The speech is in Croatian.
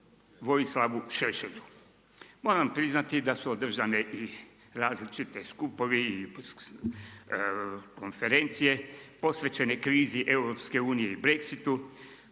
Vojislavu Šešelju. Moram priznati da su održane i različiti skupovi i konferencije posvećene krizi EU i Brexitu,